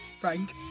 Frank